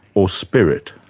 or spirit?